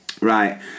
Right